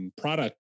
product